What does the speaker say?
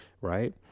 right